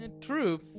True